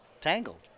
tangled